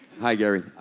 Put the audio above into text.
hi gary.